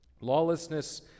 lawlessness